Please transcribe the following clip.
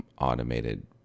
automated